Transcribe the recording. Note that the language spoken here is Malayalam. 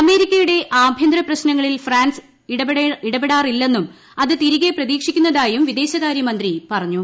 അമേരിക്കയുടെ ആഭ്യന്തര പ്രശ്നങ്ങളിൽ അത് ഫ്രാൻസ് ഇടപെടാറില്ലെന്നും തിരികെ പ്രതീക്ഷിക്കുന്നതായും വിദേശകാര്യമന്ത്രീപ്പറഞ്ഞു